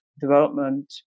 development